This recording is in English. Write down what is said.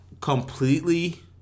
completely